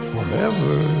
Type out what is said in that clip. Forever